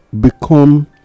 become